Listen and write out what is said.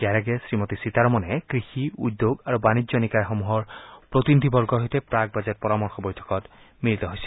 ইয়াৰ আগেয়ে শ্ৰীমতী সীতাৰমনে কৃষি উদ্যোগ আৰু বাণিজ্য নিকায় সমূহৰ প্ৰতিনিধিবৰ্গৰ সৈতে প্ৰাক বাজেট পৰামৰ্শ বৈঠকত মিলিত হৈছিল